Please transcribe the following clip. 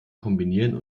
kombinieren